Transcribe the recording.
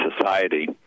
society